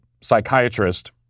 psychiatrist